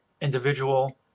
individual